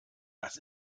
das